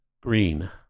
Green